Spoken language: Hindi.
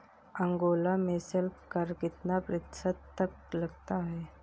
अंगोला में सेल्स कर कितना प्रतिशत तक लगता है?